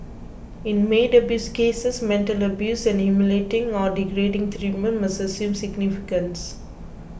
in maid abuse cases mental abuse and humiliating or degrading treatment must assume significance